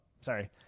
sorry